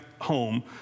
home